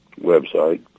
website